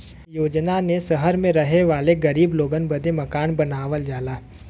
योजना ने सहर मे रहे वाले गरीब लोगन बदे मकान बनावल जाला